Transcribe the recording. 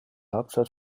hauptstadt